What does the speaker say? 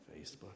Facebook